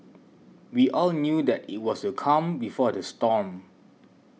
we all knew that it was the calm before the storm